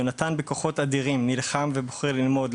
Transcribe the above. יונתן בכוחות אדירים נלחם ובוחר ללמוד,